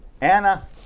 Anna